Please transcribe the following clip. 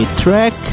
track